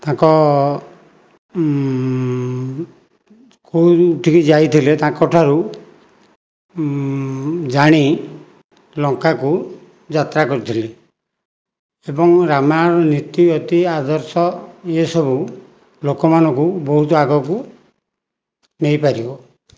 ତାଙ୍କ କେଉଁଠିକି ଯାଇଥିଲେ ତାଙ୍କଠାରୁ ଜାଣି ଲଙ୍କାକୁ ଯାତ୍ରା କରିଥିଲେ ଏବଂ ରାମାୟଣର ନୀତି ଗତି ଆଦର୍ଶ ଏସବୁ ଲୋକମାନଙ୍କୁ ବହୁତ ଆଗକୁ ନେଇପାରିବ